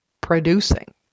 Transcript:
producing